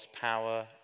power